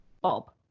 bob